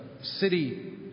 city